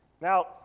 Now